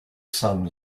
sun